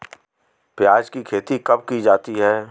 प्याज़ की खेती कब की जाती है?